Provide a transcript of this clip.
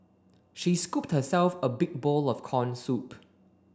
she scooped herself a big bowl of corn soup